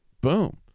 boom